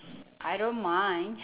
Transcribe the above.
I don't mind